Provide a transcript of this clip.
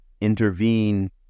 intervene